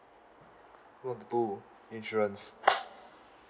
work two insurance